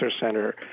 center